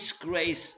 disgrace